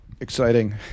exciting